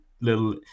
little